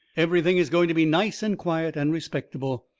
everything is going to be nice and quiet and respectable.